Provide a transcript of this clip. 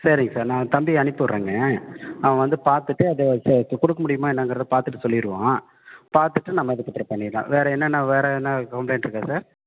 சரிங்க சார் நான் தம்பியை அனுப்பி விட்றேங்க அவன் வந்து பார்த்துட்டு அதை செ கொடுக்க முடியுமா என்னாங்கிறதை பார்த்துட்டு சொல்லிடுவான் பார்த்துட்டு நம்ம அதுக்கப்புறம் பண்ணிடலாம் வேறு என்னென்ன வேறு எதனா கம்ளைண்ட் இருக்கா சார்